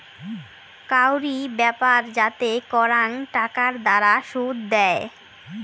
কাউরি ব্যাপার যাতে করাং টাকার দ্বারা শুধ দেয়